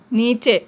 نیچے